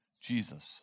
Jesus